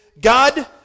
God